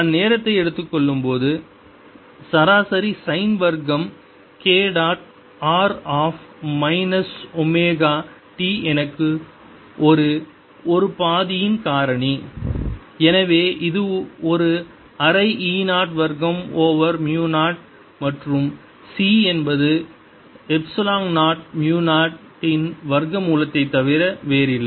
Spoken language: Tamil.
நான் நேரத்தை எடுத்துக் கொள்ளும்போது சராசரி சைன் வர்க்கம் k dot r of minus omega t எனக்கு ஒரு ஒரு பாதியின் காரணி எனவே இது ஒரு அரை e 0 வர்க்கம் ஓவர் மு 0 மற்றும் c என்பது எப்சிலான் 0 மு 0 இன் வர்க்க மூலத்தைத் தவிர வேறில்லை